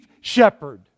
shepherd